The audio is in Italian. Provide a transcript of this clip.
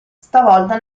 stavolta